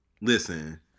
Listen